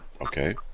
okay